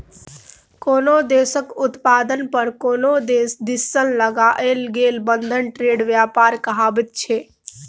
कोनो देशक उत्पाद पर कोनो देश दिससँ लगाओल गेल बंधन ट्रेड व्यापार कहाबैत छै